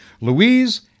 Louise